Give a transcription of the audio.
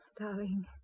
Darling